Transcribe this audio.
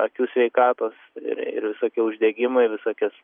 akių sveikatos ir visokie uždegimai visokios